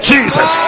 Jesus